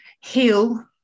heal